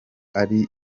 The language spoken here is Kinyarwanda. ari